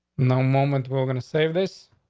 no moment. we're gonna save this.